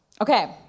Okay